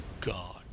God